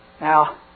now